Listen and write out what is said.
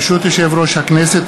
ברשות יושב-ראש הכנסת,